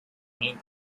paint